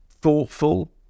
thoughtful